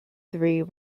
three